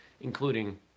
including